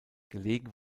gelegen